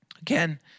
again